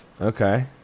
Okay